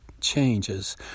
changes